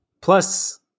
Plus